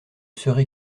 serai